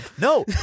No